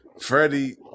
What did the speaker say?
Freddie